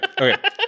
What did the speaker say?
Okay